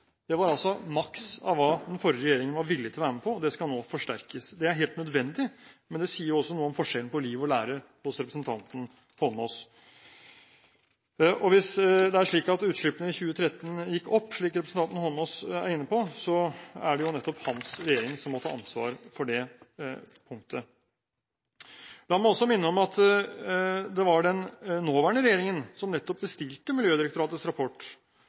Det var altså maks av hva den forrige regjeringen var villig til å være med på, og det skal nå forsterkes. Det er helt nødvendig, men det sier jo noe om forskjellen på liv og lære hos representanten Holmås. Hvis det er slik at utslippene i 2013 gikk opp, slik representanten Heikki Eidsvoll Holmås er inne på, er det nettopp hans regjering som må ta ansvar for det punktet. La meg også minne om at det var den nåværende regjeringen som nettopp bestilte Miljødirektoratets rapport,